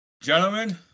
gentlemen